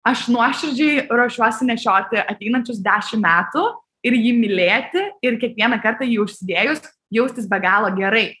aš nuoširdžiai ruošiuosi nešioti ateinančius dešim metų ir jį mylėti ir kiekvieną kartą jį užsidėjus jaustis be galo gerai